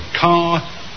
Car